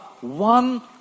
one